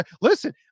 listen